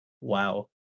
Wow